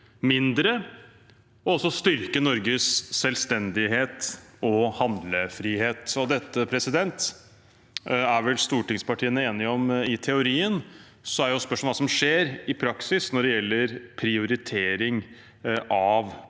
mindre, og også styrke Norges selvstendighet og handlefrihet. Dette er vel stortingspartiene enige om i teorien. Så er spørsmålet hva som skjer i praksis når det gjelder prioritering av